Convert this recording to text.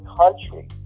country